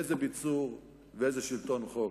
איזה ביצור ואיזה שלטון חוק.